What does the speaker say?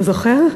אתה זוכר?